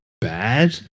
bad